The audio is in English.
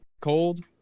cold